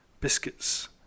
biscuits